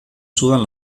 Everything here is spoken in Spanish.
sudan